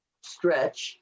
stretch